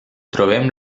trobem